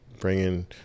Bringing